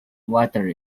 water